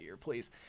please